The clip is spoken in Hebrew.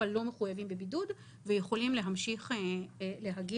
אבל לא מחויבים בבידוד ויכולים להמשיך להגיע